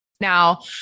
Now